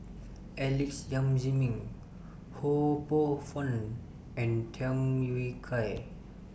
Alex Yam Ziming Ho Poh Fun and Tham Yui Kai